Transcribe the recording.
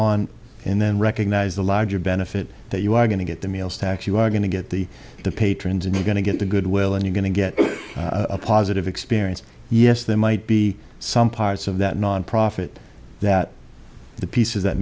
on and then recognize the larger benefit that you are going to get the meals tax you are going to get the the patrons and you're going to get the goodwill and you're going to get a positive experience yes there might be some parts of that nonprofit that the pieces that